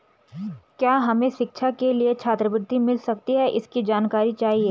क्या हमें शिक्षा के लिए छात्रवृत्ति मिल सकती है इसकी जानकारी चाहिए?